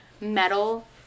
metal